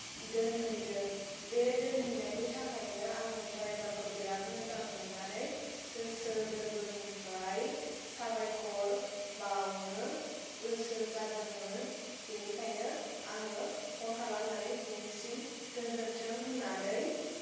दोनहैदों बे दोनहैनायनि थाखायनो आङो द्राइभारखौ बिरात मोजां मोननानै गोसो गोरबोनिफ्राय साबायखर बाउनो गोसो जादोंमोन बेनिखायनो आङो फन खालामनानै बिनिसिम गोजोन्थों होननानै